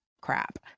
crap